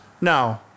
No